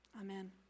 Amen